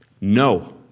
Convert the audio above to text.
No